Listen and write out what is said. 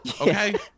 okay